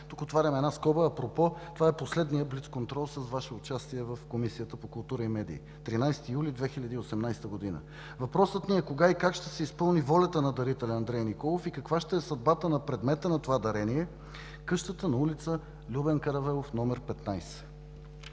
Тук отварям една скоба – апропо, това е последният блицконтрол с Ваше участие в Комисията по културата и медиите – 13 юли 2018 г.! Въпросът ни е кога и как ще се изпълни волята на дарителя Андрей Николов и каква ще е съдбата на предмета на това дарение – къщата на ул. „Любен Каравелов“ № 15?